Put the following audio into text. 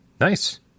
Nice